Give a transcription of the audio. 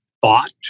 thought